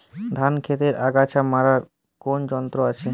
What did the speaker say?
ধান ক্ষেতের আগাছা মারার কোন যন্ত্র আছে?